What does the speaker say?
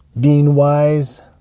being-wise